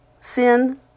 sin